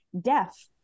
deaf